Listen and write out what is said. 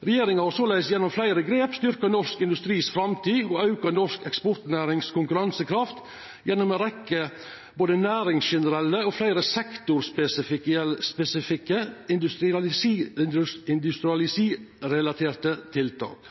Regjeringa har såleis styrkt framtida til norsk industri og auka konkurransekrafta til norsk eksportnæring gjennom ei rekkje både næringsgenerelle og fleire sektorspesifikke industrirelaterte tiltak.